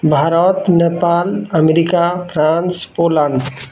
Bharat Nepal America France Poland